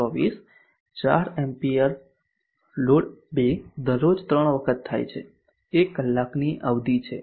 4 ampere load 2 દરરોજ 3 વખત થાય છે 1 કલાકની અવધિ છે